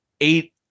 eight